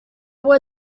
were